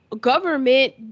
government